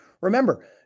Remember